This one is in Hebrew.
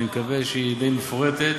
היא די מפורטת,